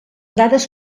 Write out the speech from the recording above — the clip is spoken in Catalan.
dades